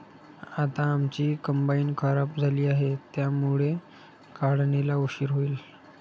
आता आमची कंबाइन खराब झाली आहे, त्यामुळे काढणीला उशीर होईल